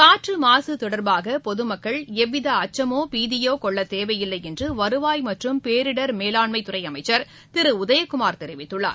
காற்று மாசு தொடர்பாக பொது மக்கள் எவ்வித அச்சமோ பீதியோ கொள்ளத் தேவையில்லை என்று வருவாய் மற்றும் பேரிடர் மேலாண்மை துறை அமைச்சர் திரு உதயகுமார் தெரிவித்துள்ளார்